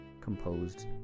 composed